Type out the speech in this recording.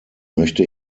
möchte